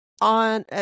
on